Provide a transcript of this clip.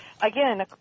Again